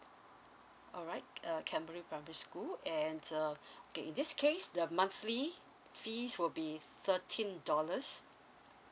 alright uh canberra primary school and uh okay in this case the monthly fees would be thirteen dollars